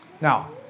now